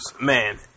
man